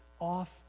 off